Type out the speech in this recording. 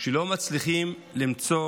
שלא מצליחים למצוא